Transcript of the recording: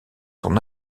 son